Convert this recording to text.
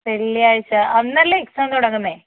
വെള്ളിയാഴ്ച അന്ന് അല്ലേ എക്സാം തുടങ്ങുന്നത്